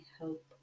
hope